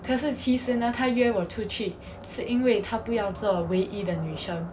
可是其实呢她约我出去是因为她不要做唯一的女生